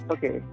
Okay